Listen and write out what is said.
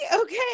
okay